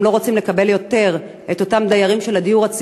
עוד לקבל את אותם דיירים של הדיור הציבורי,